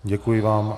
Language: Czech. Děkuji vám.